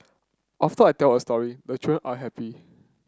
after I tell a story the children are happy